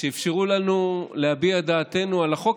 שאפשרו לנו להביע את דעתנו על החוק